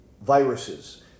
viruses